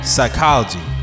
Psychology